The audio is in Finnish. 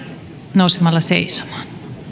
nousemalla seisomaan